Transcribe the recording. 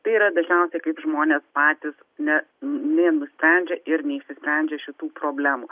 tai yra dažniausiai kaip žmonės patys ne ne nusprendžia ir neišsisprendžia šitų problemų